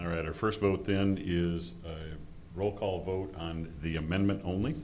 right or first vote then is roll call vote on the amendment only